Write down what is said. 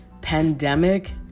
pandemic